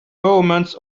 moments